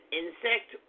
insect